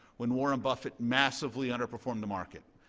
when warren buffett massively underperformed the market.